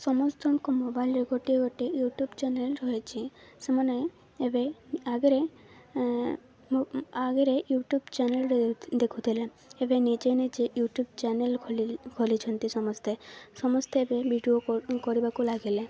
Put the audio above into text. ସମସ୍ତଙ୍କ ମୋବାଇଲ୍ରେ ଗୋଟିଏ ଗୋଟେ ୟୁଟ୍ୟୁବ୍ ଚ୍ୟାନେଲ୍ ରହିଛି ସେମାନେ ଏବେ ଆଗରେ ଆଗରେ ୟୁଟ୍ୟୁବ୍ ଚ୍ୟାନେଲ୍ ଦେଖୁଥିଲେ ଏବେ ନିଜେ ନିଜେ ୟୁଟ୍ୟୁବ୍ ଚ୍ୟାନେଲ୍ ଖୋଲି ଖୋଲିଛନ୍ତି ସମସ୍ତେ ସମସ୍ତେ ଏବେ ଭିଡ଼ିଓ କରିବାକୁ ଲାଗିଲେ